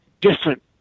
different